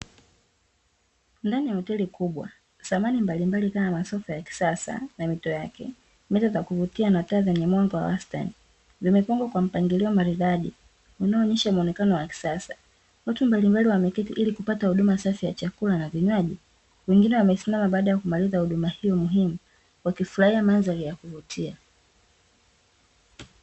Ndani ya hoteli kubwa samani mbalimbali kama: masofa ya kisasa na mito yake, meza za kuvutia na taa zenye mwanga wa wastani; zimepagwa kwa mpangilio maridadi unaonyesha muonekano wa kisasa. Watu mbalimbali wameketi ili kupata huduma safi ya chakula na vinywaji, wengine wamesimama baada ya kumaliza huduma hiyo muhimu wakifurahia mandhari ya kuvutia.